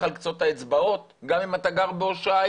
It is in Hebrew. על קצות האצבעות גם אם אתה גר בהושעיה,